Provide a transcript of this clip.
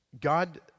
God